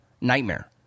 Nightmare